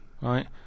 right